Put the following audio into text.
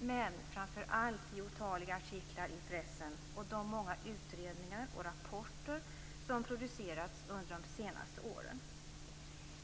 men framför allt i otaliga artiklar i pressen och de många utredningar och rapporter som producerats under de senaste åren.